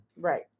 right